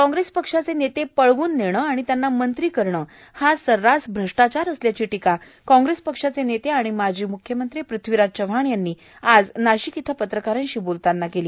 काँग्रेस पक्षाचे नेते पळवून नेणं आणि त्यांना मंत्री करणं हा सर्रास भ्रष्टाचार असल्याची टीका काँग्रेस पक्षाचे नेते आणि माजी म्ख्यमंत्री पृथ्वीराज चव्हाण यांनी आज नाशिक इथं पत्रकारांशी बोलताना केली